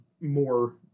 more